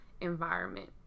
environment